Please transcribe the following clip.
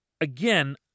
again